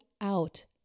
out